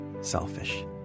selfish